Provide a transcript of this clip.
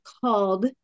called